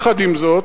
עם זאת,